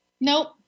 Nope